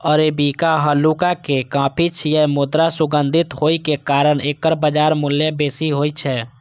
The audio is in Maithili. अरेबिका हल्लुक कॉफी छियै, मुदा सुगंधित होइ के कारण एकर बाजार मूल्य बेसी होइ छै